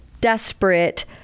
desperate